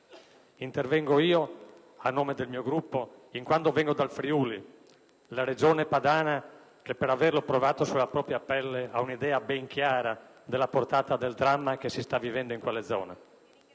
Intervengo io, a nome del mio Gruppo, in quanto vengo dal Friuli, la Regione padana che, per averlo provato sulla propria pelle, ha un'idea ben chiara della portata del dramma che si sta vivendo in quelle zone.